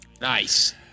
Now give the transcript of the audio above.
Nice